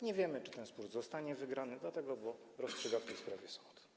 Nie wiemy, czy ten spór zostanie wygrany, dlatego że rozstrzyga w tej sprawie sąd.